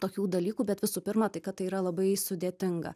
tokių dalykų bet visų pirma tai kad tai yra labai sudėtinga